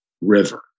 River